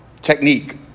technique